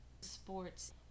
sports